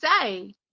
say